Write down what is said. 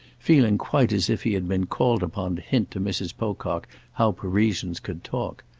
feeling quite as if he had been called upon to hint to mrs. pocock how parisians could talk.